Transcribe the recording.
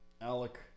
Alec